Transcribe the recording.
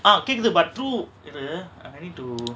ah கேக்குது:kekuthu but true என்ன:enna I need to